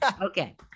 okay